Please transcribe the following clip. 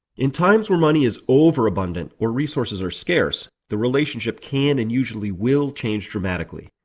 in times where money is over abundant or resources are scarce, the relationship can and usually will change dramatically,